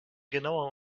genauer